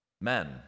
men